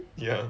ya